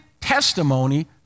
testimony